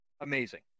Amazing